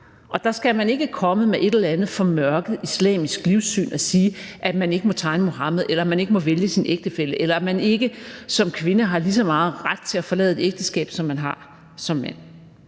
og der skal man ikke komme med et eller andet formørket islamisk livssyn og sige, at man ikke må tegne Muhammed, eller at man ikke må vælge sin ægtefælle, eller at man ikke som kvinde har lige så meget ret til at forlade et ægteskab, som man har som mand.